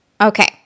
Okay